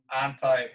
anti